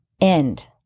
end